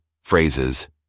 phrases